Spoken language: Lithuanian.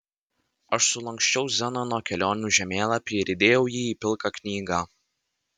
aš sulanksčiau zenono kelionių žemėlapį ir įdėjau jį į pilką knygą